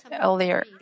earlier